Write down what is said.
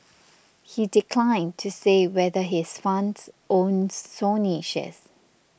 he declined to say whether his funds owns Sony shares